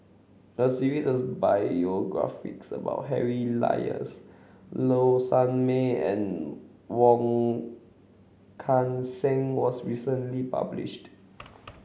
a series of biographies about Harry Elias Low Sanmay and Wong Kan Seng was recently published